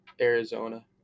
Arizona